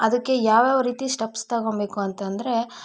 ಅದುಕ್ಕೆ ಯಾವಯಾವ ರೀತಿ ಸ್ಟೆಪ್ಸ್ ತಗೊಂಬೇಕು ಅಂತಂದರೆ